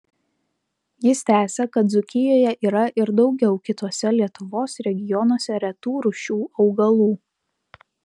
jis tęsia kad dzūkijoje yra ir daugiau kituose lietuvos regionuose retų rūšių augalų